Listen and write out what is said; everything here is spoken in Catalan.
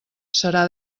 serà